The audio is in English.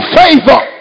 favor